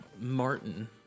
Martin